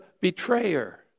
betrayer